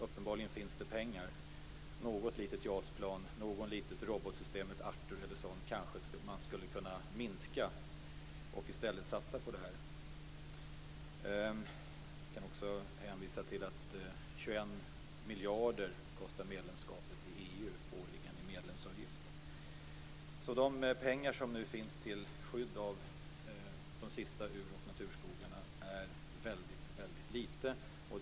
Uppenbarligen finns det pengar. Något litet JAS-plan, något litet robotsystem Artur eller så kanske man skulle kunna minska med, och i stället satsa på detta. Jag kan också hänvisa till att medlemskapet i EU kostar 21 miljarder årligen i medlemsavgift. Den summa pengar som nu finns till skydd av de sista ur och naturskogarna är alltså väldigt liten.